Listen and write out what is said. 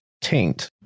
taint